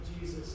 Jesus